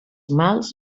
mals